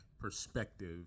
perspective